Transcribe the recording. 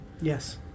Yes